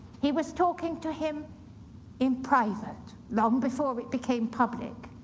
he was talking to him in private, long before it became public,